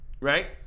Right